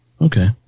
okay